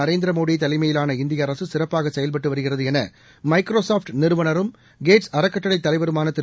நரேந்திர மோடி தலைமையிலான இந்திய அரசு சிறப்பாக செயல்பட்டு வருகிறது என மைக்ரோசாப்ட் நிறுவனரும் கேட்ஸ் அறக்கட்டளை தலைவருமானதிரு